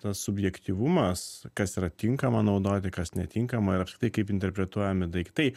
tas subjektyvumas kas yra tinkama naudoti kas netinkama ir apskritai kaip interpretuojami daiktai